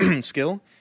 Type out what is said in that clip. skill